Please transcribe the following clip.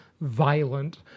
violent